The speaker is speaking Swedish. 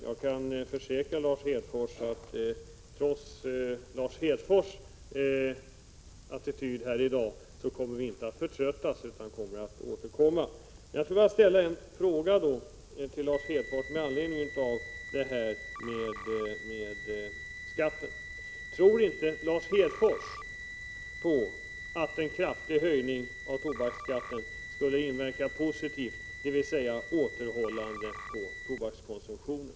Jag kan försäkra Lars Hedfors att vi trots hans attityd här i dag inte kommer att förtröttas, utan vi tänker återkomma. Slutligen, tror inte Lars Hedfors att en kraftig höjning av tobaksskatten skulle inverka positivt, dvs. återhållande på tobakskonsumtionen?